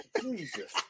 Jesus